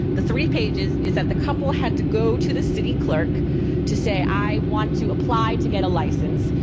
the three pages is that the couple had to go to the city clerk to say i want to apply to get a license.